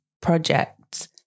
projects